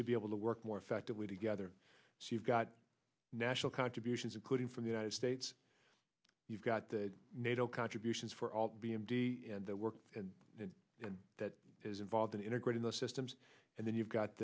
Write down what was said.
to be able to work more effectively together so you've got national contributions including from the united states you've got the nato contributions for all that work and that is involved in integrating those systems and then you've got